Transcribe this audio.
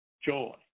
joy